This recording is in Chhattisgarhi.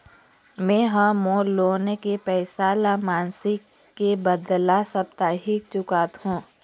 में ह मोर लोन के पैसा ला मासिक के बदला साप्ताहिक चुकाथों